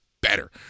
better